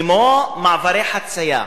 כמו מעברי חצייה,